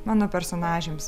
mano personažėms